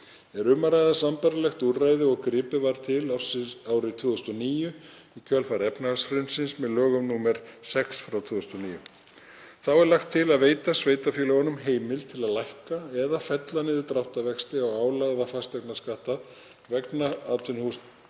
Er um að ræða sambærilegt úrræði og gripið var til árið 2009 í kjölfar efnahagshrunsins með lögum nr. 6/2009. Þá er lagt til að veita sveitarfélögum heimild til að lækka eða fella niður dráttarvexti á álagða fasteignaskatta vegna atvinnuhúsnæðis